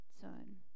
son